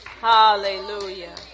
Hallelujah